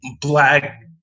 black